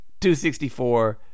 264